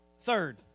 Third